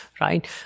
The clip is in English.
right